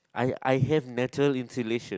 I I have natural insulation